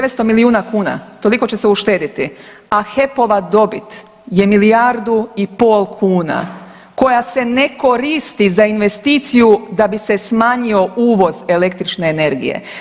900 milijuna kuna toliko će se uštediti, a HEP-ova dobit je milijardu i pol kuna koja se ne koristi za investiciju da bi se smanjio uvoz električne energije.